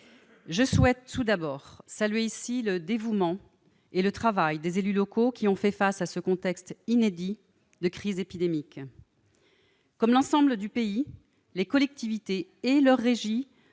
je souhaite tout d'abord saluer ici le dévouement et le travail des élus locaux, qui ont fait face à ce contexte inédit de crise épidémique. Comme l'ensemble du pays, les collectivités et leurs régies